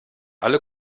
alle